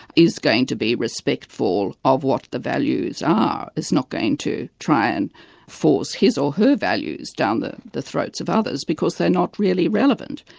is going to be respectful of what the values are is not going to try and force his or her values down the the throats of others, because they're not really relevant.